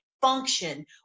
function